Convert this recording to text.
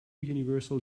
universal